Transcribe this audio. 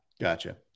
Gotcha